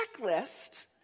checklist